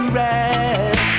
rest